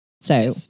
So-